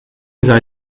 sei